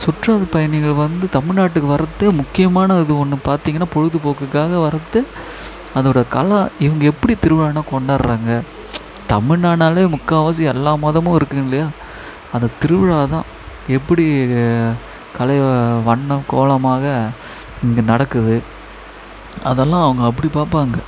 சுற்றுலா பயணிகள் வந்து தமிழ்நாட்டுக்கு வர்றதே முக்கியமான அது ஒன்று பார்த்தீங்கன்னா பொழுதுபோக்குக்காக வர்றது அதோடு இவங்க எப்படி திருவிழாலாம் கொண்டாடுறாங்க தமில்நாடுனாலே முக்கால்வாசி எல்லா மதமும் இருக்கும் இல்லையா அந்த திருவிழா தான் எப்படி கலை வண்ண கோலமாக இங்கே நடக்குது அதெல்லாம் அவங்க அப்படி பார்ப்பாங்க